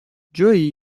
جویی